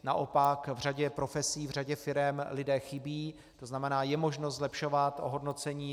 Naopak v řadě profesí, v řadě firem lidé chybí, tzn. je možno zlepšovat ohodnocení.